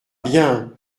bien